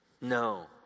No